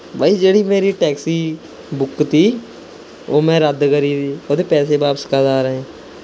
ਬਾਈ ਜਿਹੜੀ ਮੇਰੀ taxi book ਤੀ ਉਹ ਮੈਂ ਰੱਦ ਕਰੀ ਤੀ ਉਹਦੇ ਪੈਸੇ ਵਾਪਸ ਕਦ ਆ ਰਹੇ